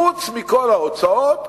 חוץ מכל ההוצאות,